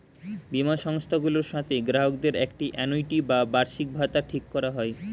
বীমা সংস্থাগুলোর সাথে গ্রাহকদের একটি আ্যানুইটি বা বার্ষিকভাতা ঠিক করা হয়